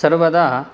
सर्वदा